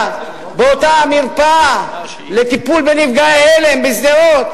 באותה מרפאה לטיפול בנפגעי הלם בשדרות,